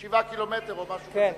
7 קילומטרים או משהו כזה.